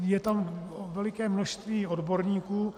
Je tam veliké množství odborníků.